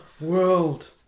world